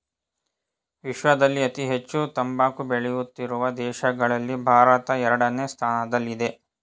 ವಿಶ್ವದಲ್ಲಿ ಅತಿ ಹೆಚ್ಚು ತಂಬಾಕು ಬೆಳೆಯುತ್ತಿರುವ ದೇಶಗಳಲ್ಲಿ ಭಾರತ ಎರಡನೇ ಸ್ಥಾನದಲ್ಲಿದೆ